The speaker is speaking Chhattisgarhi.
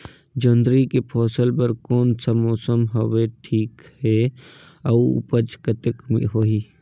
जोंदरी के फसल बर कोन सा मौसम हवे ठीक हे अउर ऊपज कतेक होही?